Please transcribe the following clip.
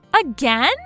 Again